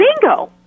bingo